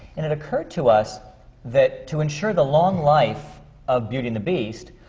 and it occurred to us that to ensure the long life of beauty and the beast,